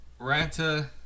Ranta